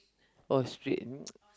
oh street